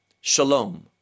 shalom